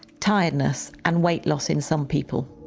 tiredness and weight loss in some people.